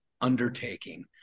undertaking